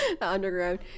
underground